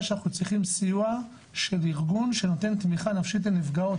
שאנחנו צריכים סיוע של ארגון שנותן תמיכה נפשית לנפגעות.